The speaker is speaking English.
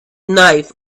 knife